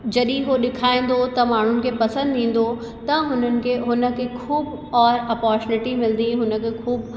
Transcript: जॾहिं हू ॾेखारींदो त माण्हुनि खे पसंदि ईंदो त हुननि हुन खे ख़ूब और ऑपॉर्चुनिटी मिलंदी हुन खे ख़ूब